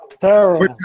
Terrible